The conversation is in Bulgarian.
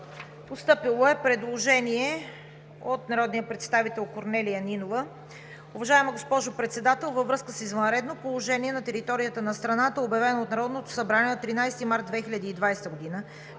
постъпило е предложение от народния представител Корнелия Нинова: „Уважаема госпожо Председател, във връзка с извънредно положение на територията на страната, обявено от Народното събрание на 13 март 2020 г.,